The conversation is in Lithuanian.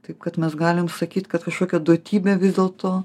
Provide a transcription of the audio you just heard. taip kad mes galim sakyt kad kažkokia duotybė vis dėlto